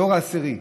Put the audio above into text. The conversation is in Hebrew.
דור עשירי,